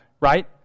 right